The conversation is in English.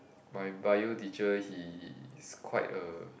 my Bio teacher he is quite a